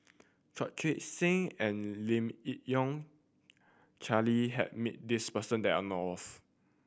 Chu Chee Seng and Lim Yi Yong Charles has met this person that I know of